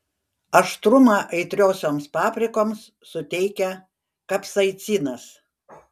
aštrumą aitriosioms paprikoms suteikia kapsaicinas